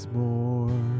more